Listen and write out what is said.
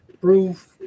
proof